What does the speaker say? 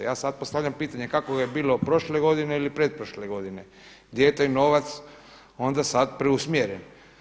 Ja sada postavljam pitanje kako je bilo prošle godine ili pretprošle godine, gdje je taj novac onda sada preusmjeren?